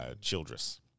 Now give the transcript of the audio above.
Childress